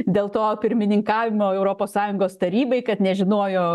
dėl to pirmininkavimo europos sąjungos tarybai kad nežinojo